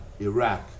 Iraq